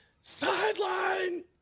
sideline